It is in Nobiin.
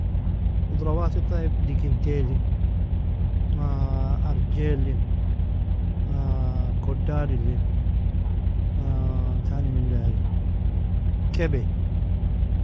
Khudrawatil tayeb dikintalin arjailin kodadilin tani men dari kebai.